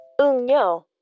Ungyo